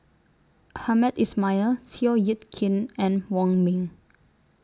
Hamed Ismail Seow Yit Kin and Wong Ming